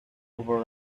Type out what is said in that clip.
over